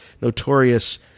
notorious